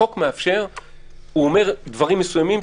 החוק אומר דברים מסוימים,